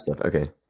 okay